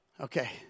Okay